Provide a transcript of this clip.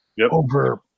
over